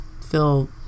feel